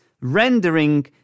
rendering